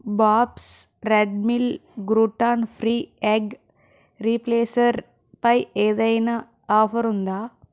Bob's red mill gluten free egg replacer పై ఏదైనా offer ఉందా